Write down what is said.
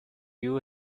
you